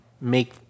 make